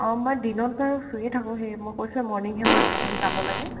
অঁ মই দিনত বাৰু ফ্ৰীয়ে থাকোঁ সেই মই কৈছোঁৱে মৰ্ণিংহে মই যাব লাগে